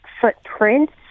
footprints